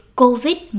covid